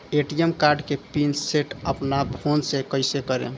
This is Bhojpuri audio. ए.टी.एम कार्ड के पिन सेट अपना फोन से कइसे करेम?